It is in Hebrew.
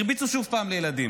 והרביצו שוב לילדים.